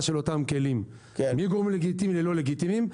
של אותם כלים מגורמים לגיטימיים לגורמים לא לגיטימיים.